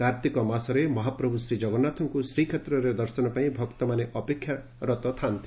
କାର୍ତିକ ମାସରେ ମହାପ୍ରଭୁ ଶ୍ରୀକଗନ୍ନାଥଙ୍କୁ ଶ୍ରୀକ୍ଷେତ୍ରରେ ଦର୍ଶନ ପାଇଁ ଭକ୍ତମାନେ ଅପେକ୍ଷାରତ ଥାଆନ୍ତି